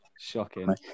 shocking